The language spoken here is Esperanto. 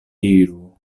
iru